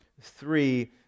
three